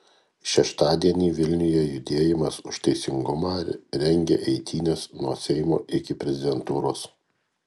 šeštadienį vilniuje judėjimas už teisingumą rengia eitynes nuo seimo iki prezidentūros